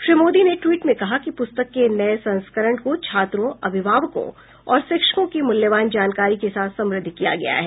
श्री मोदी ने टवीट में कहा कि प्रस्तक के नए संस्करण को छात्रों अभिभावकों और शिक्षकों की मूल्यवान जानकारी के साथ समुद्ध किया गया है